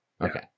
Okay